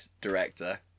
director